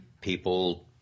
People